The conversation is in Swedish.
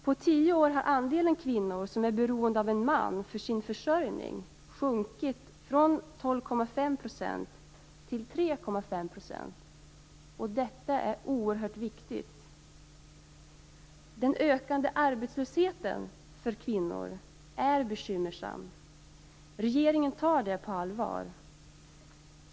På tio år har andelen kvinnor som är beroende av en man för sin försörjning sjunkit från 12,5 % till 3,5 %. Detta är oerhört viktigt. Den ökande arbetslösheten för kvinnor är bekymmersam. Regeringen tar det på allvar.